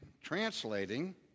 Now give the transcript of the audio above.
translating